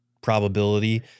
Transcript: probability